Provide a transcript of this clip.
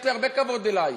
יש לי הרבה כבוד אלייך,